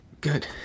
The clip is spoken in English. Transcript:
Good